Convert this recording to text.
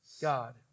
God